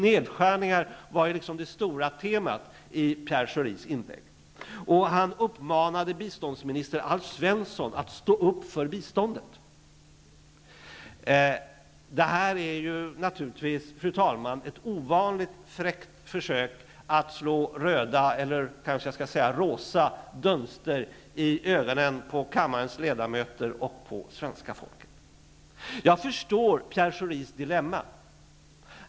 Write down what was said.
Nedskärningar var det stora temat i Pierre Schoris inlägg. Han uppmanade biståndsminister Alf Svensson att stå upp för biståndet. Detta är naturligtvis, fru talman, ett ovanligt fräckt försök att slå röda, eller jag skall kanske säga rosa, dunster i ögonen på kammarens ledamöter och på svenska folket. Jag förstår Pierre Schoris dilemma.